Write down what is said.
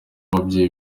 ababyeyi